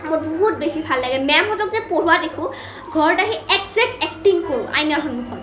মোৰ বহুত বেছি ভাল লাগে মেমহঁতক যে পঢ়োৱা দেখোঁ ঘৰত আহি এজেক্ট এক্টিং কৰোঁ আইনাৰ সন্মুখত